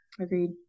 Agreed